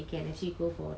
!wow!